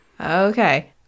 Okay